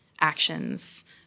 actions